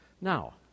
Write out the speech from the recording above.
Now